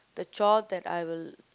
the chore that I will